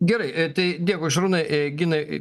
gerai tai dėkui šarūnai e ginai